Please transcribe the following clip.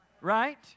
Right